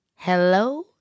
hello